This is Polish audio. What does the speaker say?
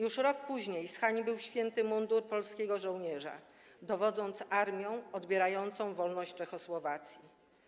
Już rok później zhańbił święty mundur polskiego żołnierza, dowodząc armią odbierającą wolność Czechosłowacji.